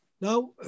Now